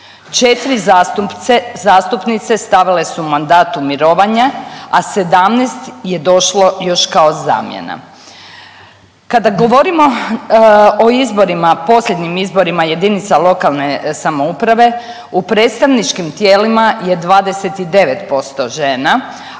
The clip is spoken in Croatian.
4 zastupnice stavile su mandat u mirovanje, a 17 je došlo još kao zamjena. Kada govorimo o izborima, posljednjim izborima JLS, u predstavničkim tijelima je 29% žena,